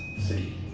see,